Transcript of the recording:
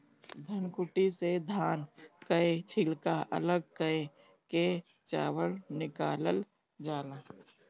धनकुट्टी से धान कअ छिलका अलग कअ के चावल निकालल जाला